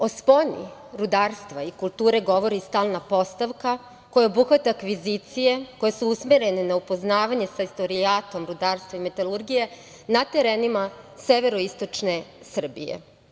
O sponi rudarstva i kulture govori stalna postavka koja obuhvata kvizicije, koje su usmerene na upoznavanje sa istorijatom rudarstva i metalurgije, na terenima severoistočne Srbije.